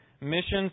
Missions